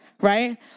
right